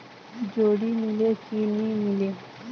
जोणी मीले कि नी मिले?